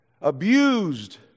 abused